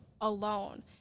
alone